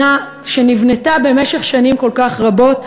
שנבנתה במשך שנים כל כך רבות,